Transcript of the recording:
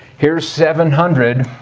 here's seven hundred